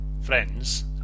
friends